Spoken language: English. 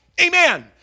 Amen